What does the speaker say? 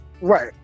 Right